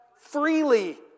Freely